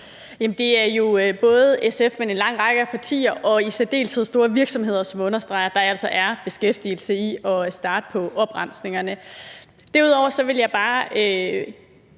Det er jo både SF og en lang række af partier og i særdeleshed store virksomheder, som understreger, at der altså er beskæftigelse i at starte på oprensningerne. Derudover vil jeg bare